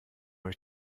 euch